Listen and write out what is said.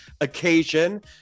occasion